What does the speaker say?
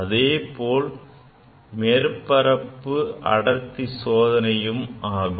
இதேபோல மேற்பரப்பு அடர்த்தி சோதனையும் ஆகும்